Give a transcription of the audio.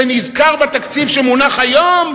זה נזכר בתקציב שמונח היום?